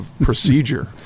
procedure